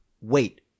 Wait